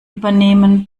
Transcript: übernehmen